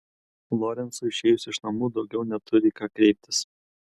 lorencui išėjus iš namų daugiau neturi į ką kreiptis